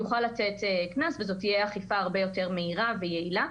יוכל לתת קנס וזו תהיה אכיפה יותר מהירה ויעילה,